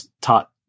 taught